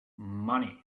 money